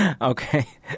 okay